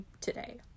today